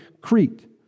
Crete